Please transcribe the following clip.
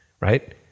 Right